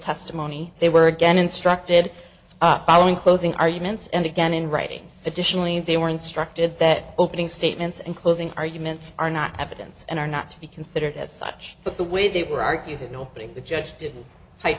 testimony they were again instructed following closing arguments and again in writing additionally they were instructed that opening statements and closing arguments are not evidence and are not to be considered as such but the way they were argued that nobody the judge didn't